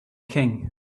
king